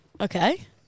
Okay